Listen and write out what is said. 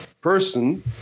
person